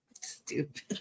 Stupid